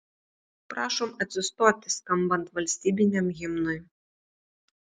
prašom atsistoti skambant valstybiniam himnui